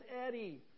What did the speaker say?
Eddie